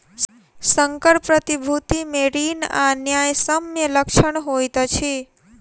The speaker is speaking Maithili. संकर प्रतिभूति मे ऋण आ न्यायसम्य लक्षण होइत अछि